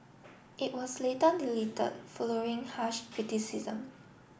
it was later deleted following harsh criticism